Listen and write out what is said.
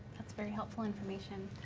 that's very helpful information.